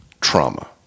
trauma